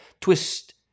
twist